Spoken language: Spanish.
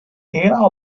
era